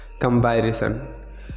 Comparison